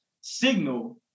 signal